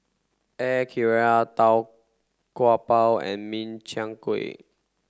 Air Karthira Tau Kwa Pau and Min Chiang Kueh